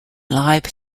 live